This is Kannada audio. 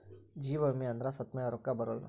ಜೀವ ವಿಮೆ ಅಂದ್ರ ಸತ್ತ್ಮೆಲೆ ರೊಕ್ಕ ಬರೋದು